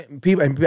people